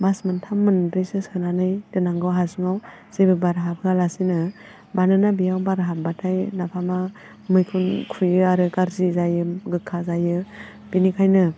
मास मोनथाम मोनब्रैसो सोनानै दोननांगौ हासुङाव जेबो बार हाबहोवालासेनो मानोना बेयाव बार हाबबाथाइ नाफामआ मैखुन खुयो आरो गारजि जायो गोखा जायो बेनिखायनो